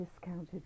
discounted